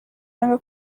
yanga